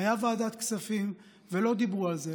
הייתה ישיבת ועדת כספים ולא דיברו על זה.